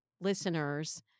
listeners